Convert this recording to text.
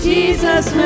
Jesus